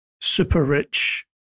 super-rich